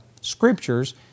scriptures